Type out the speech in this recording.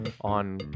on